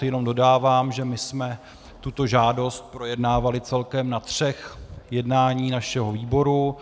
Jenom dodávám, že jsme tuto žádost projednávali celkem na třech jednáních našeho výboru.